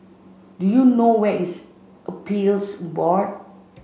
do you know where is Appeals Board